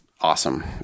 awesome